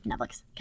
Netflix